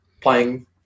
playing